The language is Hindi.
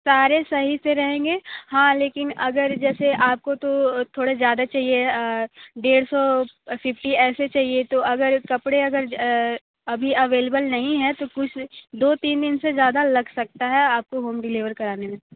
सारे सही से रहेंगे हाँ लेकिन अगर जैसे आपको तो थोड़े ज़्यादा चाहिए डेढ़ सौ फिफ्टी ऐसे चाहिए तो अगर कपड़े अगर अभी अवेलेबल नहीं है तो कुछ दो तीन दिन ज़्यादा लग सकता है आपको होम डिलीवर कराने में